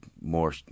more